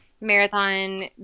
marathon